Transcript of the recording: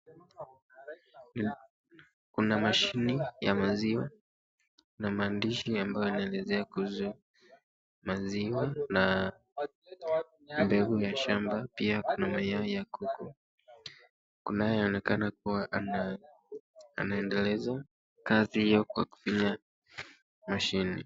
Kuna mashine ya maziwa na maandishi ambayo yanaelezea kuhusu maziwa na mbegu ya shamba. Pia kuna mayai ya kuku. Kunaonekana kuwa anaendeleza kazi hiyo kwa kufinya mashine.